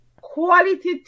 quality